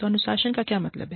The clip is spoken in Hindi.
तो अनुशासन का क्या मतलब है